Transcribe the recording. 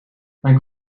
mijn